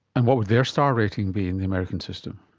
and what would their star rating be in the american system?